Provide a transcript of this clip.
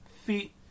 feet